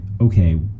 okay